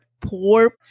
poor